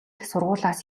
сургуулиас